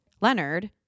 Leonard